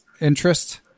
interest